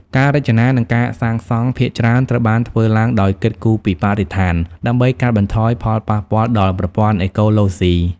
ការរចនា និងការសាងសង់ភាគច្រើនត្រូវបានធ្វើឡើងដោយគិតគូរពីបរិស្ថាន ដើម្បីកាត់បន្ថយផលប៉ះពាល់ដល់ប្រព័ន្ធអេកូឡូស៊ី។